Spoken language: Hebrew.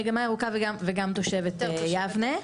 מגמה ירוקה וגם תושבת יבנה.